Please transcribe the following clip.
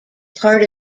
part